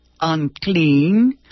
unclean